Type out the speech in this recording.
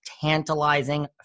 tantalizing